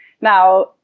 now